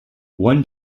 one